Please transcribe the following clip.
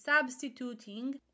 substituting